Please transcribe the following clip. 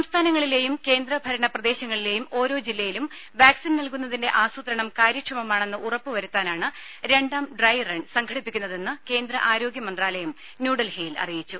സംസ്ഥാനങ്ങളിലേയും കേന്ദ്രഭരണ പ്രദേശങ്ങളിലെയും ഓരോ ജില്ലയിലും വാക്സിൻ നൽകുന്നതിന്റെ ആസൂത്രണം കാര്യക്ഷമമാണെന്ന് ഉറപ്പു വരുത്താനാണ് രണ്ടാം ഡ്രൈ റൺ സംഘടിപ്പിക്കുന്നതെന്ന് കേന്ദ്ര ആരോഗ്യമന്ത്രാലയം ന്യൂഡൽഹിയിൽ അറിയിച്ചു